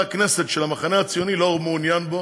הכנסת של המחנה הציוני לא מעוניין בו,